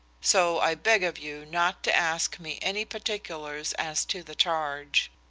so i beg of you not to ask me any particulars as to the charge.